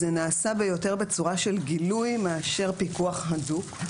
זה נעשה יותר בצורה של גילוי מאשר פיקוח הדוק,